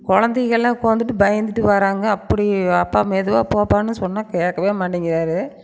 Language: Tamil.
குழந்தைகள்லாம் உட்காந்துட்டு பயந்துட்டு வராங்க அப்படி அப்பா மெதுவாக போப்பான்னு சொன்னால் கேட்கவே மாட்டேங்கிறாரு